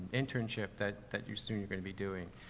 internship that, that you soon you're gonna be doing.